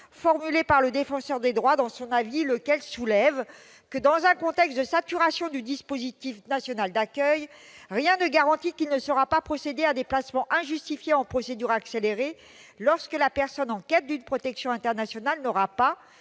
de loi par le Défenseur des droits. Celui-ci souligne que, dans un contexte de saturation du dispositif national d'accueil, « rien ne garantit qu'il ne sera pas procédé à des placements injustifiés en procédure accélérée lorsque la personne en quête d'une protection internationale n'aura pas,